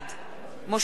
משה גפני,